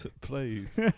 please